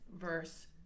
verse